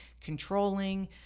controlling